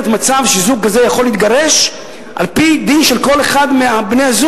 מצב שזוג כזה יכול להתגרש על-פי דין של כל אחד מבני-הזוג.